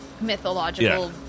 mythological